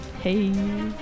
Hey